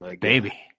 baby